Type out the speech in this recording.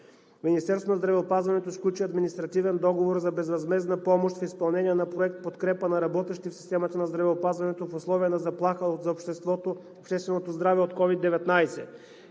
Министерството на здравеопазването сключи административен договор за безвъзмездна помощ в изпълнение на проект „Подкрепа на работещи в системата на здравеопазването в условия на заплаха за обществото, общественото здраве, от COVID-19,